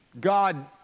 God